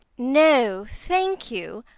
no, thank you.